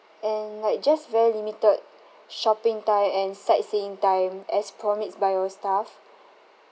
and like just very limited shopping time and sightseeing time as promised by your staff